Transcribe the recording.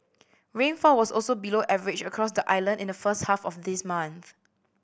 rainfall was also below average across the island in the first half of this month